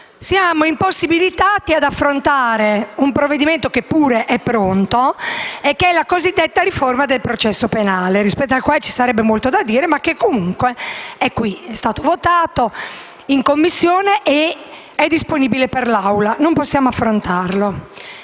siamo impossibilitati ad affrontare un provvedimento che è pronto; mi riferisco alla riforma del processo penale, rispetto alla quale ci sarebbe molto da dire, ma che comunque è qui: è stato votato in Commissione, è disponibile per l'Assemblea, ma non lo possiamo affrontare.